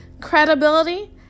Credibility